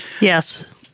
Yes